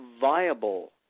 viable